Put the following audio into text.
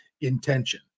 intention